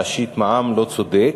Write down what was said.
היא להשית מע"מ לא צודק.